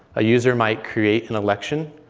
a user might create an election,